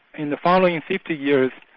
in the following and fifty years,